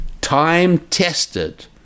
time-tested